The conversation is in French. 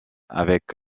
avec